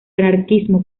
anarquismo